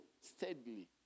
steadily